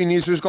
Det är